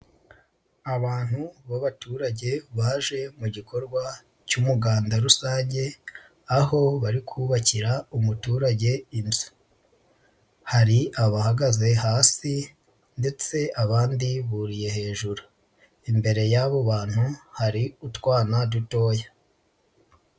abantu b'abaturage baje mu gikorwa cy'umuganda rusange, aho bari kubakira umuturage. Hari abahagaze hasi ndetse abandi buriye hejuru imbere yabo bantu hari utwana dutoya.